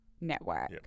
network